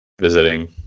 visiting